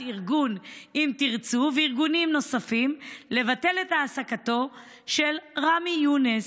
ארגון אם תרצו וארגונים נוספים לבטל את העסקתו של רמי יונס.